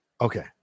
okay